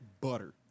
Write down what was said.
Butter